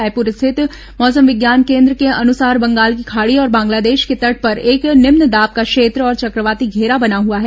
रायपुर स्थित मौसम विज्ञान केन्द्र के अनुसार बंगाल की खाड़ी और बांग्लादेश के तट पर एक निम्न दाब का क्षेत्र और चक्रवाती घेरा बना हुआ है